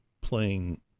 playing